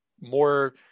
more